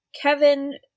Kevin